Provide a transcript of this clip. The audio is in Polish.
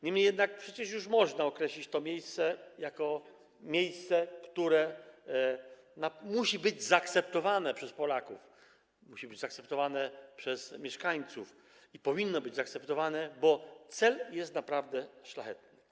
Niemniej jednak przecież już można określić to miejsce jako miejsce, które musi być zaakceptowane przez Polaków, musi być zaakceptowane przez mieszkańców i powinno być zaakceptowane, bo cel jest naprawdę szlachetny.